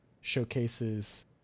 showcases